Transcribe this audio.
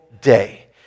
day